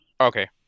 Okay